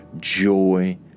joy